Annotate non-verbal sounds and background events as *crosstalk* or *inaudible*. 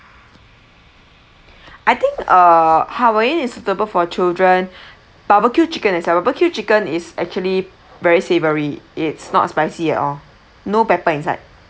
I think err hawaii is suitable for children *breath* barbecue chicken as well barbecue chicken is actually very savory it's not spicy at all no pepper inside